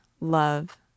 love